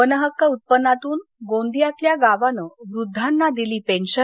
one हक्क उत्पन्नातून गोंदियातल्या गावांनी वृद्धांना दिली पेन्शन